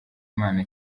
imana